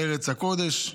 לארץ הקודש,